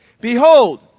Behold